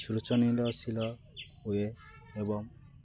ହୁଏ ଏବଂ